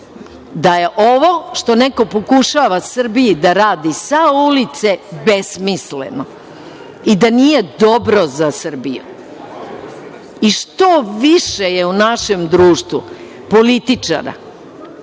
da je ovo što neko pokušava Srbiji da radi sa ulice besmisleno i da nije dobro za Srbiju. Što je više u našem društvu političara